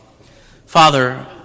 Father